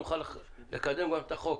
נוכל לקדם גם את החוק.